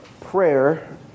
prayer